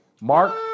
Mark